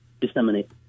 disseminate